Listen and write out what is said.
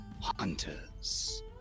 hunters